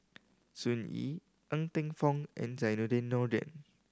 Sun Yee Ng Teng Fong and Zainudin Nordin